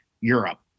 Europe